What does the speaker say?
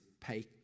Pay